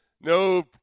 no